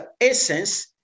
essence